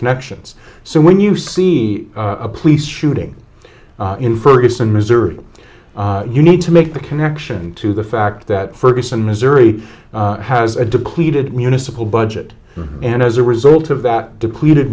connections so when you see a police shooting in ferguson missouri you need to make the connection to the fact that ferguson missouri has a depleted municipal budget and as a result of that depleted